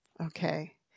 Okay